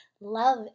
Love